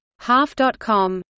half.com